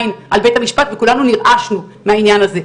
על בית המשפט וכולנו נרעשנו מהעניין הזה.